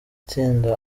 itsinda